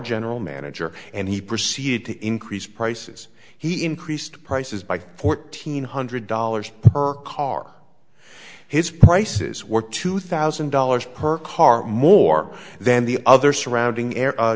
general manager and he proceeded to increase prices he increased prices by fourteen hundred dollars per car his prices were two thousand dollars per car more than the other surrounding